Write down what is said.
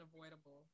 unavoidable